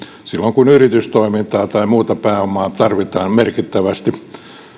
silloin kun yritystoimintaan tai muuhun tarvitaan pääomaa merkittävästi